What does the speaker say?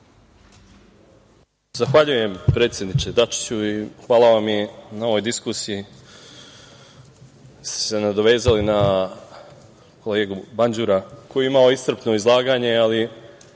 Zahvaljujem predsedniče Dačiću. Hvala vam i na ovoj diskusiji što ste se nadovezali na kolegu Banđura koji je imao iscrpno izlaganje ali